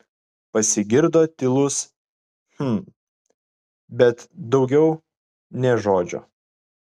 pasigirdo tylus hm bet daugiau nė žodžio